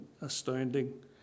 astounding